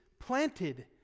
planted